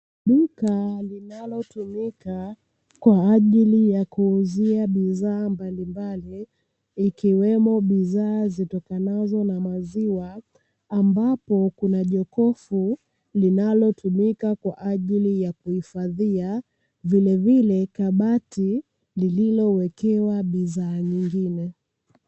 Duka linalotumika kwa ajili ya kuuzia bidhaa mbalimbali ikiwemo bidhaa zitokanazo na maziwa, ambapo kuna jokofu linalotumika kwa ajili ya kuhifadhia, vilevile kabati lililowekewa bidhaa nyingine.